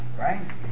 right